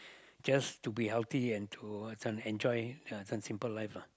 just to be healthy and to this one enjoy uh some simple life lah